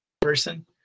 person